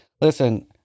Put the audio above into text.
listen